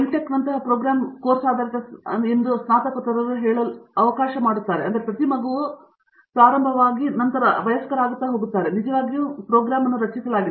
tech ಪ್ರೋಗ್ರಾಂನಂತಹ course ಆಧಾರಿತ ಸ್ನಾತಕೋತ್ತರರು ಹೇಳಲು ಅವಕಾಶ ಮಾಡಿಕೊಡುತ್ತಾರೆ ಪ್ರತಿ ಮಗುವೂ ಪ್ರಾರಂಭವಾಗಲು ಮತ್ತು ಅಂತಿಮವಾಗಿ ವಯಸ್ಕರಾಗಲು ಹೋಗುತ್ತಿದ್ದಾರೆ ನಿಜವಾಗಿ ಪ್ರೋಗ್ರಾಂ ಮಾಡಲಾಗಿದೆ